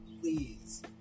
Please